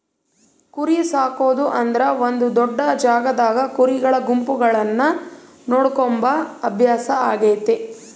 ಕುರಿಸಾಕೊದು ಅಂದ್ರ ಒಂದು ದೊಡ್ಡ ಜಾಗದಾಗ ಕುರಿಗಳ ಗುಂಪುಗಳನ್ನ ನೋಡಿಕೊಂಬ ಅಭ್ಯಾಸ ಆಗೆತೆ